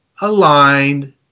aligned